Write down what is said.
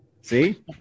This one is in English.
see